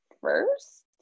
first